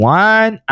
one